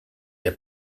der